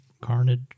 carnage